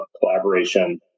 collaboration